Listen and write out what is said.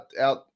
out